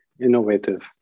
innovative